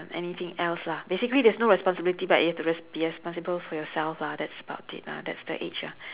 anything else lah basically there's no responsibility but you have to res~ be responsible for yourself lah that's about it lah that's the age ah